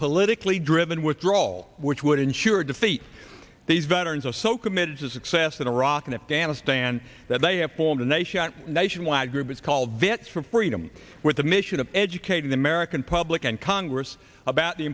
politically driven withdrawal which would ensure defeat these veterans are so committed to success in iraq and afghanistan that they have pulled a nation nationwide group it's called vets for freedom with the mission of educating the american public and congress about the